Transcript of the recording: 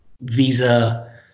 visa